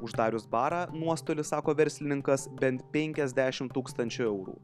uždarius barą nuostolis sako verslininkas bent penkiasdešimt tūkstančių eurų